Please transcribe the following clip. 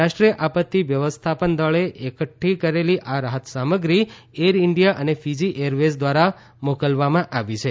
રાષ્ટ્રીય આપત્તી વ્યવસ્થાપન દળે એકઠી કરેલી આ રાહતસામગ્રી એર ઇન્ડિયા અને ફિજી એરવેઝ દ્વારા મોકલવામાં આવી છે